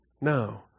No